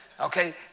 Okay